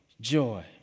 joy